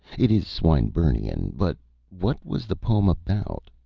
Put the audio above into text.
it is swinburnian but what was the poem about?